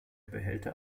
behälter